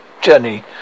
journey